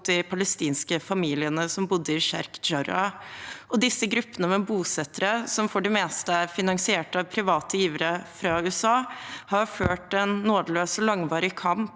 de palestinske familiene som bodde i Sheikh Jarrah, og disse gruppene med bosettere som for det meste er finansiert av private givere fra USA, har ført en nådeløs og langvarig kamp